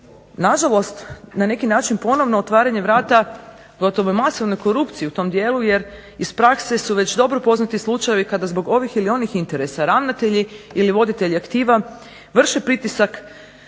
nažalost na neki način ponovno otvaranje vrata gotovo masovnoj korupciji u tom dijelu jer iz prakse su već dobro poznati slučajevi kada zbog ovih ili onih interesa ravnatelji ili voditelji aktiva vrše pritisak